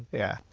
yeah.